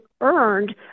earned